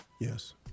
Yes